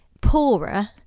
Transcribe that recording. poorer